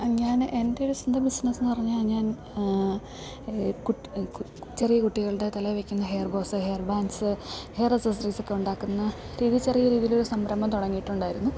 ഞാൻ എൻറ്റൊരു സ്വന്തം ബിസിനസ്സെന്നു പറഞ്ഞാൽ ഞാൻ ചെറിയ കുട്ടികളുടെ തലയിൽ വെക്കുന്ന hair bows hair bands hair ഏക്സസറീസൊക്കെ ഉണ്ടാക്കുന്ന രീതി ചെറിയ രീതിയിലൊരു സംരംഭം തുടങ്ങിയിട്ടുണ്ടായിരുന്നു